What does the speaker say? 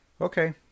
Okay